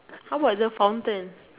how bout the fountain